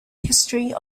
history